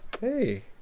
hey